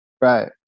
Right